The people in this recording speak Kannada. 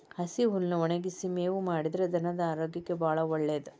ಹಸಿ ಹುಲ್ಲನ್ನಾ ಒಣಗಿಸಿ ಮೇವು ಮಾಡಿದ್ರ ಧನದ ಆರೋಗ್ಯಕ್ಕೆ ಬಾಳ ಒಳ್ಳೇದ